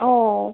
औ